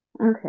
Okay